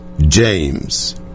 James